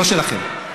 לא שלכם,